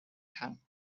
kann